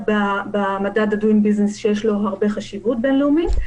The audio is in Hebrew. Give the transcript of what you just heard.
המדד ה-Doing Business שיש לו הרבה חשיבות בין-לאומית,